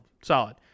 Solid